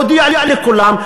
להודיע לכולם,